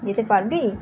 যেতে পারবি